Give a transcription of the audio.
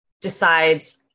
decides